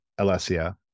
Alessia